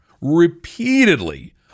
repeatedly